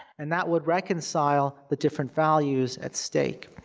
and that would reconcile the different values at stake.